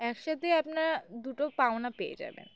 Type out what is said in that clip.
একসাথে আপনারা দুটো পাওনা পেয়ে যাবেন